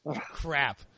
crap